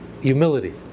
Humility